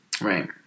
Right